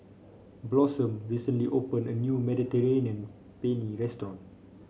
Blossom recently opened a new Mediterranean Penne Restaurant